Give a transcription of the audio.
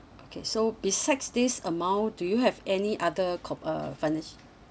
okay so besides this amount do you have any other com~ uh financial